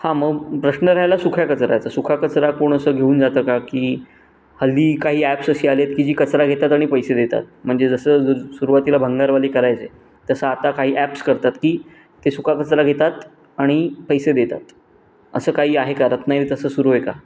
हां मग प्रश्न राहायला सुक्या कचऱ्याचा सुका कचरा कोण असं घेऊन जातं का की हल्ली काही ॲप्स अशी आले आहेत की जी कचरा घेतात आणि पैसे देतात म्हणजे जसं ज सुरुवातीला भंगारवाली करायचे तसं आता काही ॲप्स करतात की ते सुका कचरा घेतात आणि पैसे देतात असं काही आहे का रत्नागिरीत तसं सुरू आहे का